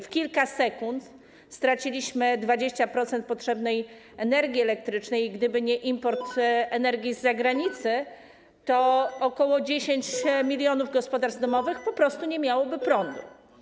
W kilka sekund straciliśmy 20% potrzebnej energii elektrycznej i gdyby nie import energii z zagranicy, to ok. 10 mln gospodarstw domowych po prostu nie miałoby prądu.